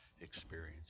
experience